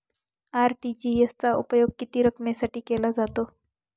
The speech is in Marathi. आर.टी.जी.एस चा उपयोग किती रकमेसाठी केला जातो?